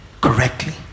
correctly